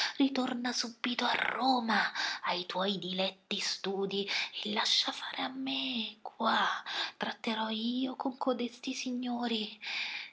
ritorna subito a roma ai tuoi diletti studii e lascia fare a me qua tratterò io con codesti signori